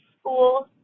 school